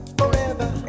forever